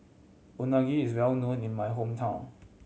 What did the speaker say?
unagi is well known in my hometown